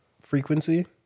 frequency